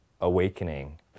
awakening